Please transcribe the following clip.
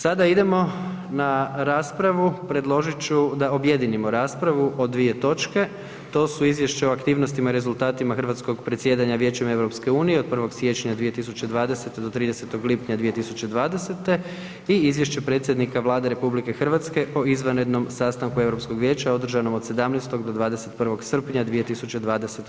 Sada idemo na raspravu, predložit ću da objedinimo raspravu o dvije točke, to su: - Izvješće o aktivnostima i rezultatima hrvatskog predsjedanja Vijećem Europske unije od 1. siječnja 2020. do 30. lipnja 2020. i - Izvješće predsjednika Vlade RH o izvanrednom sastanku Europskog vijeća održanom od 17. do 21. srpnja 2020.